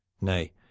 nay